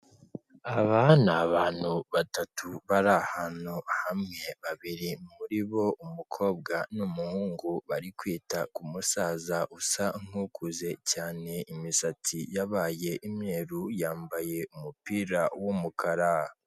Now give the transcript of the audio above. Aba ni abantu batatu bari ahantu hamwe, babiri muri bo umukobwa n'umuhungu bari kwita ku musaza usa nk'ukuze cyane, imisatsi yabaye imyeru yambaye umupira w'umukara.